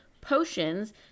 potions